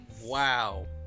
Wow